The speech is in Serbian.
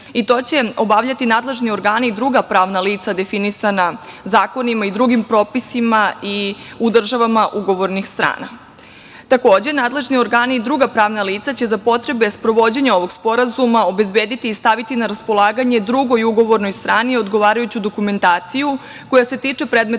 i to će obavljati nadležni organi i druga pravna lica definisana zakonima i drugim propisima u državama ugovornih strana. Takođe, nadležni organi i druga pravna lica će za potrebe sprovođenja ovog sporazuma obezbediti i staviti na raspolaganje drugoj ugovornoj strani odgovarajuću dokumentaciju koja se tiče predmetnog